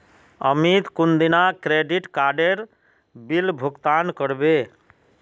अमित कुंदिना क्रेडिट काडेर बिल भुगतान करबे